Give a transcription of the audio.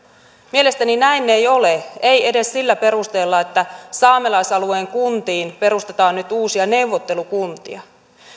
mielestäni näin ei ole ei edes sillä perusteella että saamelaisalueen kuntiin perustetaan nyt uusia neuvottelukuntia